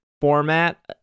format